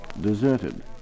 Deserted